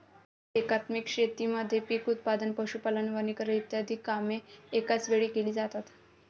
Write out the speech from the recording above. एकात्मिक शेतीमध्ये पीक उत्पादन, पशुपालन, वनीकरण इ कामे एकाच वेळी केली जातात